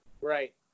Right